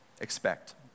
expect